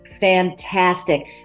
fantastic